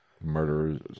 murderers